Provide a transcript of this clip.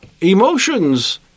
emotions